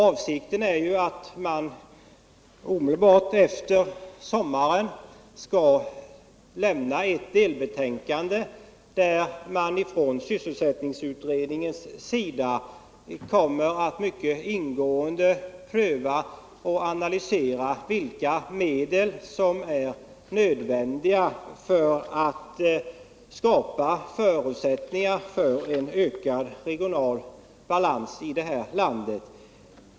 Avsikten är att det omedelbart efter sommaren skall lämnas ett delbetänkande, där sysselsättningsutredningen mycket ingående kommer att ha prövat och analyserat vilka medel som är nödvändiga för att skapa förutsättningar för en ökad regional balans i detta land.